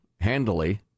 Handily